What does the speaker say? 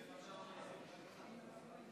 משה אבוטבול,